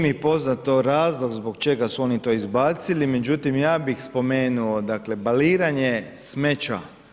Nije mi poznato razlog zbog čega su oni to izbacili, međutim ja bih spomenuo dakle baliranje smeća.